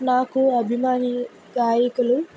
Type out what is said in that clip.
నాకు అభిమాని గాయకులు